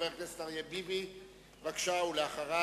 אתם לא מקיאבליסטים, לא יעזור לכם.